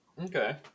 Okay